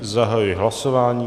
Zahajuji hlasování.